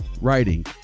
writing